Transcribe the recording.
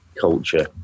culture